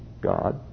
God